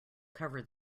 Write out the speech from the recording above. cover